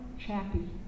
Chappie